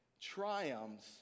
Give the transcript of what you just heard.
triumphs